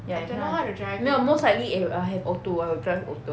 ya you can~ 没有 most likely it'l~ I'll have auto I will drive auto [one]